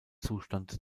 zustand